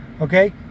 okay